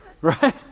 Right